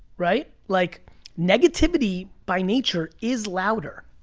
right? like negativity, by nature, is louder,